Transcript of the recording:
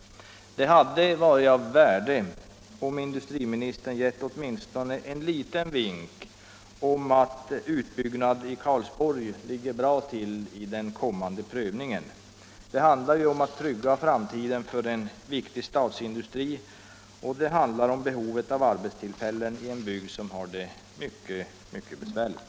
nn Det hade varit av värde om industriministern gett åtminstone en liten Om den planerade vink om att utbyggnad i Karlsborg ligger bra till i den kommande pröv = industriutbyggnaningen. Det handlar ju om att trygga framtiden för en viktig statsindustri, — den i Karlsborg i och det handlar om behovet av arbetstillfällen i en bygd som har det - Norrbotten mycket, mycket besvärligt.